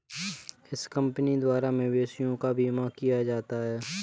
इस कंपनी द्वारा मवेशियों का बीमा किया जाता है